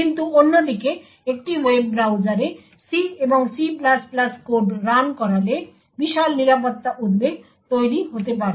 কিন্তু অন্যদিকে একটি ওয়েব ব্রাউজারে C এবং C কোড রান করালে বিশাল নিরাপত্তা উদ্বেগ তৈরী হতে পারে